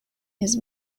his